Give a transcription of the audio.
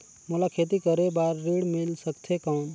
मोला खेती करे बार ऋण मिल सकथे कौन?